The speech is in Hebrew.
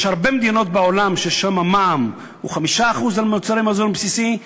יש הרבה מדינות בעולם ששם המע"מ הוא 5% על מוצרי מזון בסיסי,